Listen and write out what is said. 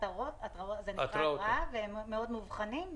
זה נקרא התראה, והם מאוד מובחנים.